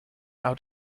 how